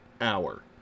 hour